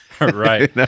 right